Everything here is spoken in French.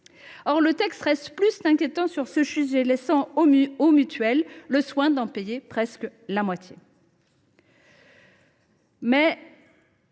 ? Le texte reste plus qu’alarmant sur ce sujet, laissant aux mutuelles le soin de payer presque la moitié de